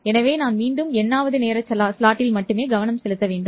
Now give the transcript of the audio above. எனவே நான் மீண்டும் n வது நேர ஸ்லாட்டில் மட்டுமே கவனம் செலுத்துகிறேன்